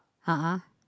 a'ah